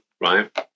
right